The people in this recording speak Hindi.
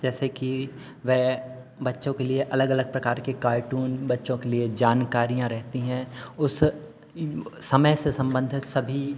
जैसे कि बच्चो के लिए अलग अलग प्रकार के कार्टून बच्चों के लिए जानकारियाँ रहती हैं उस समय से सम्बन्धित सभी